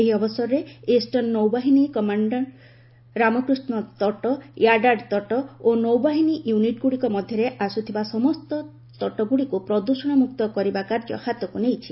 ଏହି ଅବସରରେ ଇଷ୍ଟର୍ଣ୍ଣ ନୌବାହିନୀ କମାଣ୍ଡ ରାମକୃଷ୍ଣ ତଟ ୟାଡାଡା ତଟ ଓ ନୌବାହିନୀ ୟୁନିଟ୍ଗୁଡ଼ିକ ମଧ୍ୟରେ ଆସୁଥିବା ସମସ୍ତ ତଟଗୁଡ଼ିକୁ ପ୍ରଦୂଷଣମୁକ୍ତ କରିବା କାର୍ଯ୍ୟ ହାତକୁ ନେଇଛି